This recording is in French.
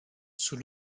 sous